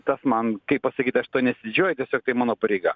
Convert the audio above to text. tas man kaip pasakyt aš tuo nesididžiuoju tiesiog tai mano pareiga